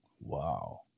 Wow